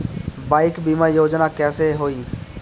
Bike बीमा योजना कैसे होई?